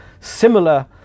similar